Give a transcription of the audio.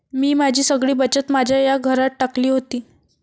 मी माझी सगळी बचत माझ्या या घरात टाकली होती